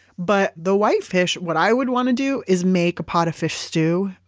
but the white fish, what i would want to do, is make a pot of fish stew,